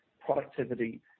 productivity